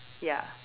ya